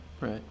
right